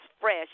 fresh